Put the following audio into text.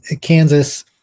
Kansas